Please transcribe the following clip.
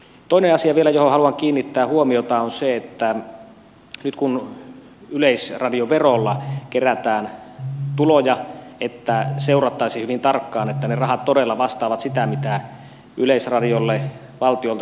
toinen asia vielä johon haluan kiinnittää huomiota on se että nyt kun yleisradioverolla kerätään tuloja niin seurattaisiin hyvin tarkkaan että ne rahat todella vastaavat sitä mitä yleisradiolle valtiolta sitten suoritetaan